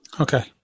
Okay